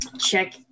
check